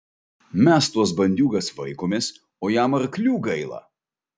mes tuos bandiūgas vaikomės o jam arklių gaila